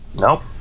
Nope